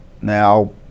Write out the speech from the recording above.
Now